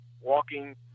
walking